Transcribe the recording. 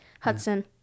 Hudson